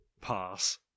pass